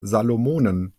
salomonen